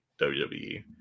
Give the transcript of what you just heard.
wwe